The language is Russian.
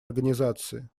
организации